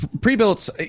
Pre-built